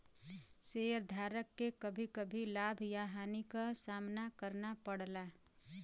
शेयरधारक के कभी कभी लाभ या हानि क सामना करना पड़ला